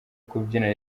kubyina